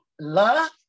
love